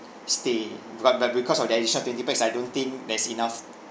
stay but but because of that extra twenty pax I don't think there's enough